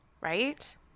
Right